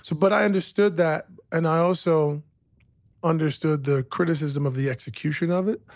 so but i understood that. and i also understood the criticism of the execution of it.